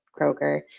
Kroger